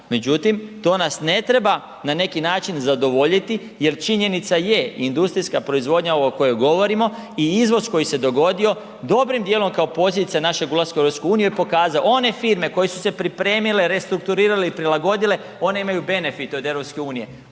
međutim to nas ne treba na neki način zadovoljiti jer činjenica je industrijska proizvodnja, ova o kojoj govorimo, i izvoz koji se dogodio, dobrim dijelom kao pozicija našeg ulaska u EU je pokazao, one firme koje su se pripremile, restrukturirale i prilagodile, one imaju benefite od EU, one